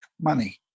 money